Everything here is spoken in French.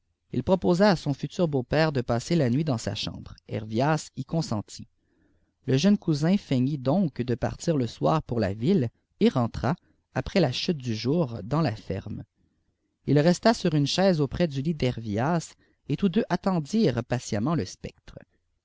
il proposa à son futur beau-père de passer la nuit dans sa chambre hervias y consentit le jeune cousin feiit donc de partir le soir pour la ville et rentra après la chute du jour dans la fermée il resta sur une chaise auprès du lit d'hervias et tous deux attendirent patiemment le spectre